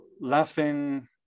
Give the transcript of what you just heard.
laughing